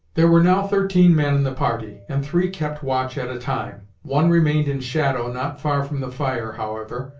there were now thirteen men in the party, and three kept watch at a time. one remained in shadow, not far from the fire, however.